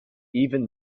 even